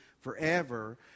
forever